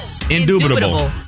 Indubitable